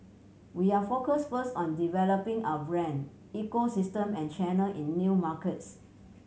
we are focus first on developing our brand ecosystem and channel in new markets